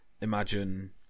imagine